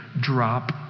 drop